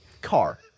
car